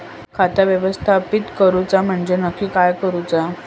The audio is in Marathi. खाता व्यवस्थापित करूचा म्हणजे नक्की काय करूचा?